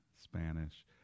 Spanish